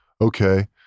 okay